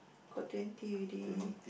got twenty already